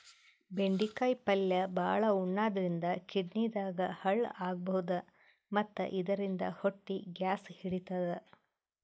ಬೆಂಡಿಕಾಯಿ ಪಲ್ಯ ಭಾಳ್ ಉಣಾದ್ರಿನ್ದ ಕಿಡ್ನಿದಾಗ್ ಹಳ್ಳ ಆಗಬಹುದ್ ಮತ್ತ್ ಇದರಿಂದ ಹೊಟ್ಟಿ ಗ್ಯಾಸ್ ಹಿಡಿತದ್